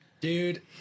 Dude